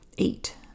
eight